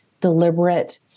deliberate